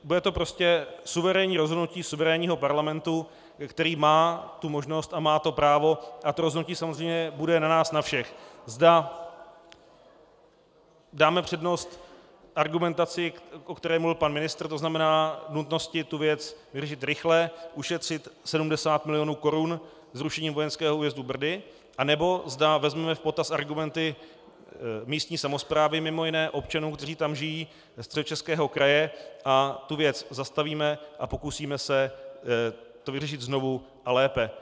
Bude to prostě suverénní rozhodnutí suverénního parlamentu, který má tu možnost a má to právo, a to rozhodnutí samozřejmě bude na nás na všech, zda dáme přednost argumentaci, o které mluvil pan ministr, to znamená nutnosti tu věc vyřešit rychle, ušetřit 70 mil. korun zrušením vojenského újezdu Brdy, anebo zda vezmeme v potaz argumenty místní samosprávy, mimo jiné občanů, kteří tam žijí, Středočeského kraje, a tu věc zastavíme a pokusíme se to vyřešit znovu a lépe.